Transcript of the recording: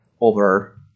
over